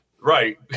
Right